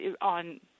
on